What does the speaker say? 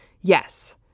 yes